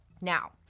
Now